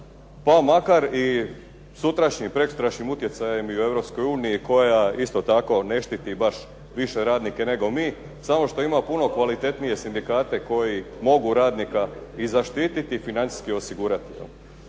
Pa makar sutrašnjim i preksutrašnjim utjecajem i u Europskoj uniji koja isto tako ne štiti baš više radnike nego mi, samo što ima puno kvalitetnije sindikate koji mogu radnika i zaštiti i financijski osigurati.